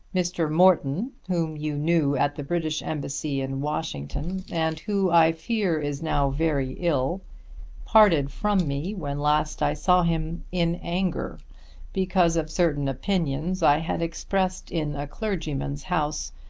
mr. morton, whom you knew at the british embassy in washington and who i fear is now very ill parted from me, when last i saw him, in anger because of certain opinions i had expressed in a clergyman's house,